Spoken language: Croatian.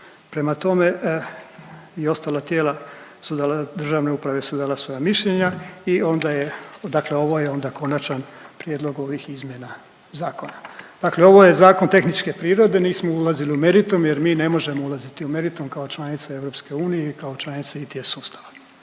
Prema tome i ostala tijela su dal… državne uprave su dala svoje mišljenja i onda je dakle ovo je onda konačan prijedlog ovih izmjena zakona. Dakle, ovo je zakon tehničke prirode, nismo ulazili u meritum jer mi ne možemo ulaziti u meritum kao članica EU ni kao članica ITE sustava.